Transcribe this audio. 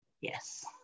Yes